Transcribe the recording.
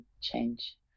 change